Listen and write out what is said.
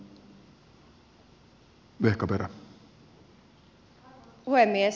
arvoisa puhemies